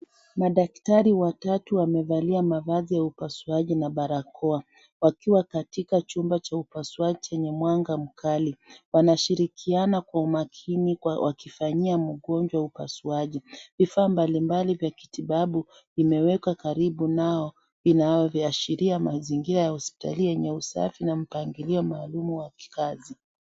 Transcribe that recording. Madaktari watatu wamevalia mavazi ya upasuaji na barakoa, wakiwa katika chumba ch upasuaji chenye mwanga mkali, wanashirikiana kwa umakini wakifanyia mgonjwa upasuaji, vifaa mbali mbali vya kitibabu vimewekwa karibu nao, vikiashira mazingira ya hospitalini yenye usafi na mpangilio maalum wa kikazi.